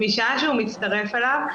משעה שהוא מצטרף אליו,